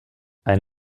ein